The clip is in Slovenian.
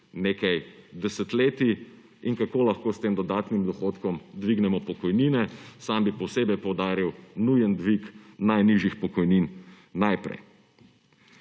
nekaj desetletij in kako lahko s tem dodatnim dohodkom dvignemo pokojnine; sam bi posebej poudaril nujen dvig najnižjih pokojnin najprej.